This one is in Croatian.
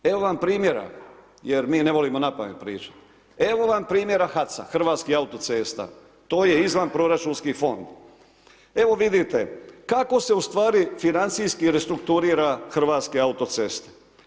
Evo vam primjera, jer mi ne volimo napamet pričati, evo vam primjera HAC-a Hrvatskih autocesta to je izvanproračunski fond, evo vidite kako se u stvari financijski restrukturira Hrvatske autoceste.